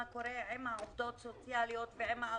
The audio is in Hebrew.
קורה עם העובדות הסוציאליות ועם האחיות.